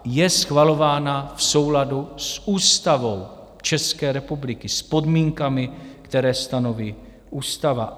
Je schvalována v souladu s Ústavou České republiky, s podmínkami, které stanoví ústava.